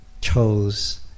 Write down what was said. chose